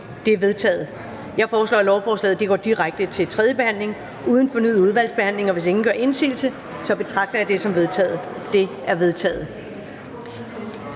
De er vedtaget. Jeg foreslår, at lovforslaget går direkte til tredje behandling uden fornyet udvalgsbehandling. Hvis ingen gør indsigelse, betragter jeg det som vedtaget. Det er vedtaget.